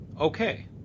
okay